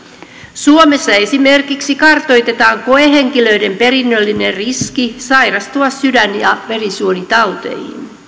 suomessa esimerkiksi kartoitetaan koehenkilöiden perinnöllinen riski sairastua sydän ja verisuonitauteihin